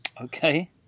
Okay